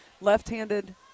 Left-handed